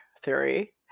theory